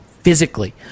physically